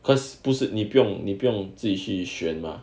cause 不是你不用你不用自己去选吗